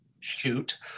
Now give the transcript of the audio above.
shoot